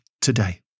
today